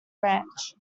ranch